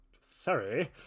sorry